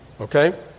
Okay